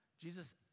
Jesus